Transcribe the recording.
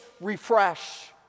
refresh